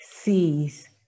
sees